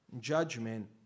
judgment